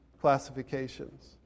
classifications